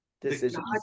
decisions